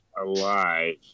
alive